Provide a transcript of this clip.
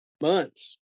Months